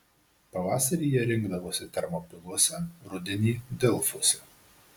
pavasarį jie rinkdavosi termopiluose rudenį delfuose